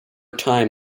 time